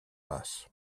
pas